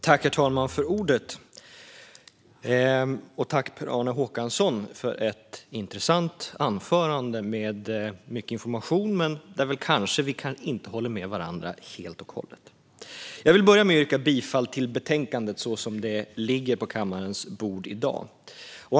Herr talman! Tack, Per-Arne Håkansson, för ett intressant anförande med mycket information men där vi väl kanske inte håller med varandra helt och hållet! Jag vill börja med att yrka bifall till förslaget i betänkandet så som det ligger på kammarens bord i dag.